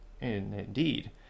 indeed